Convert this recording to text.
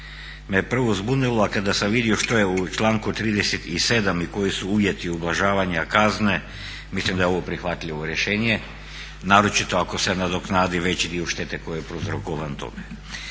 me prvo zbunilo, a kada sam vidio što je u članku 37. i koji su uvjeti ublažavanja kazne, mislim da je ovo prihvatljivo rješenje, naročito ako se nadoknadi veći dio štete koji je prouzrokovan tome.